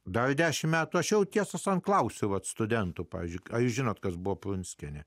dar dešimt metų arčiau tiesos ant klausiu studentų pavyzdžiui ką jūs žinot kas buvo prunskienė